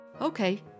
Okay